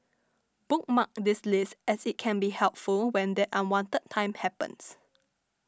bookmark this list as it can be helpful when that unwanted time happens